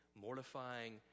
mortifying